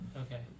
Okay